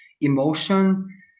emotion